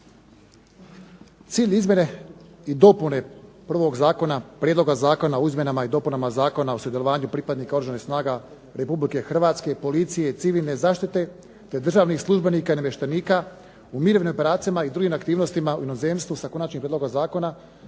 Cilj izmjene i dopune prvog zakona, Prijedloga zakona o izmjenama i dopunama Zakona o sudjelovanju pripadnika Oružanih snaga Republike Hrvatske, Policije, civilne zaštite te državnih službenika i namještenika u mirovnim operacijama i drugim aktivnostima u inozemstvu, s konačnim prijedlogom zakona,